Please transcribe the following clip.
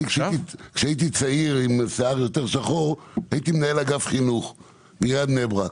כשהייתי צעיר עם שיער יותר שחור הייתי מנהל אגף חינוך בעיריית בני ברק